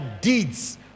deeds